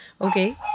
Okay